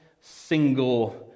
single